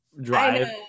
drive